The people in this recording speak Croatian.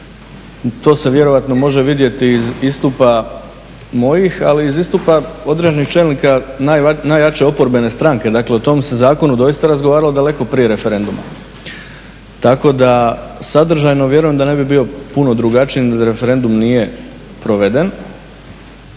To se vjerojatno može vidjeti iz istupa mojih, ali i iz istupa određenih čelnika najjače oporbene stranke. Dakle, o tom se zakonu doista razgovaralo daleko prije referenduma, tako da sadržajno vjerujem da ne bi bio puno drugačiji da referendum nije proveden,